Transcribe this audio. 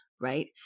Right